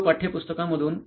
सर्व पाठ्यपुस्तकांमधून